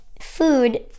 food